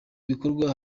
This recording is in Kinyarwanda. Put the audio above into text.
bikorwa